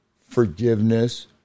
forgiveness